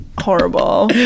Horrible